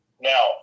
Now